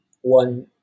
one